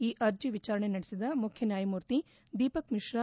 ಈ ಅರ್ಜಿ ವಿಚಾರಣೆ ನಡೆಸಿದ ಮುಖ್ಯ ನ್ವಾಯಮೂರ್ತಿ ದೀಪಕ್ ಮಿಶ್ರಾ